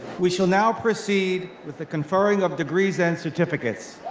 we shall now proceed with the conferring of degrees and certificates.